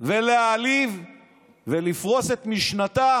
להעליב ולפרוס את משנתה